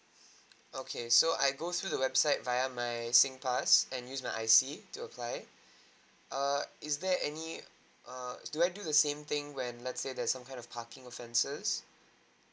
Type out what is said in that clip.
okay so I go to the website via my singpass and use my I_C to apply err is there any uh do I do the same thing when let's say there's some kind of parking offences